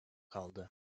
kaldı